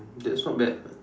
that's not bad